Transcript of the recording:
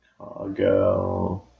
Chicago